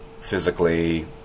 physically